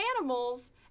animals